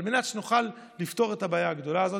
על מנת שנוכל לפתור את הבעיה הגדולה הזאת.